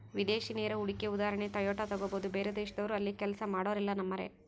ವಿದೇಶಿ ನೇರ ಹೂಡಿಕೆಯ ಉದಾಹರಣೆಗೆ ಟೊಯೋಟಾ ತೆಗಬೊದು, ಬೇರೆದೇಶದವ್ರು ಅಲ್ಲಿ ಕೆಲ್ಸ ಮಾಡೊರೆಲ್ಲ ನಮ್ಮರೇ